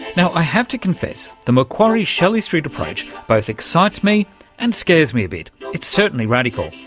now, i have to confess the macquarie shelley street approach both excites me and scares me a bit. it's certainly radical.